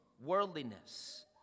Worldliness